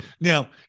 Now